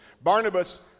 Barnabas